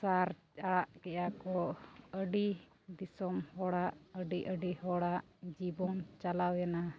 ᱥᱟᱨ ᱟᱲᱟᱜ ᱠᱮᱜ ᱟᱠᱚ ᱟᱹᱰᱤ ᱫᱤᱥᱚᱢ ᱦᱚᱲᱟᱜ ᱟᱹᱰᱤ ᱟᱹᱰᱤ ᱦᱚᱲᱟᱜ ᱡᱤᱵᱚᱱ ᱪᱟᱞᱟᱣᱮᱱᱟ